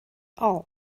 all